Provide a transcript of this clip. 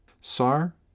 Sar